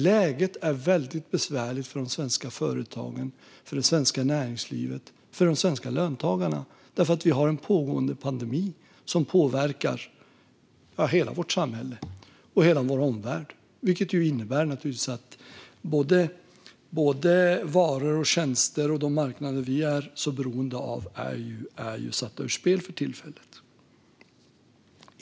Läget är besvärligt för svenska företag, svenskt näringsliv och svenska löntagare på grund av att den pågående pandemin påverkar hela vårt samhälle och hela vår omvärld, vilket innebär att de marknader vi är beroende av för varor och tjänster för tillfället är satta ut spel.